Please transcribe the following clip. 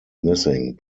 missing